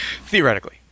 theoretically